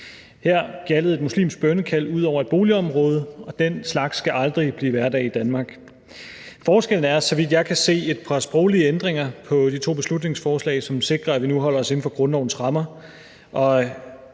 Her gjaldede et muslimsk bønnekald ud over et boligområde, og den slags skal aldrig blive hverdag i Danmark. Forskellen på de to beslutningsforslag, er, så vidt jeg kan se, et par sproglige ændringer, som sikrer, at vi nu holder os inden for grundlovens rammer.